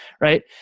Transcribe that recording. right